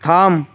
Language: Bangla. থাম